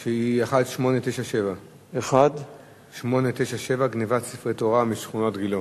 1897. גנבת ספרי תורה משכונת גילה.